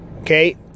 okay